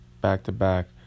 back-to-back